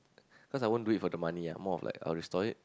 cause I won't do it for the money lah more like restore it